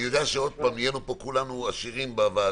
אני יודע שכולנו נהיינו עשירים בוועדה,